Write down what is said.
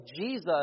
Jesus